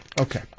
Okay